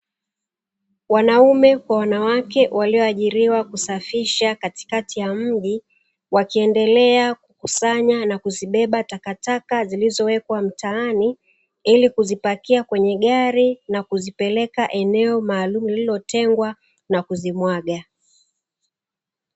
Wanaume kwa wanawake walioajiriwa kusafisha katikati ya mji, wakiendelea kukusanya na kuzibeba takataka zilizowekwa mtaani ili kuzipakia kwenye gari na kuzipeleka eneo maalumu lililotengwa na kuzimwaga.